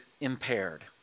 impaired